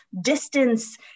distance